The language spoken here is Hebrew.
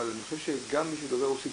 אבל אני חושב שגם מי שדובר רוסית,